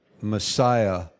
Messiah